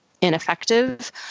ineffective